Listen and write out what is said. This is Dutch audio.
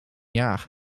jaar